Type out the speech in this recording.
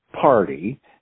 Party